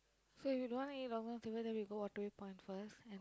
so if you don't wanna eat Long-John-Silvers then we go Waterway-Point first and